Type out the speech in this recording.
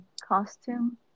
costume